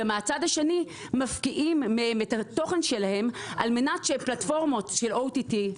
ומהצד השני מפקיעים מהתוכן שלהם על מנת שפלטפורמות של OTT,